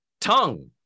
tongue